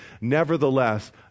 nevertheless